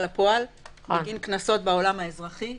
לפועל בגין קנסות בעולם האזרחי ובוטל.